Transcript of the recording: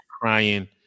Crying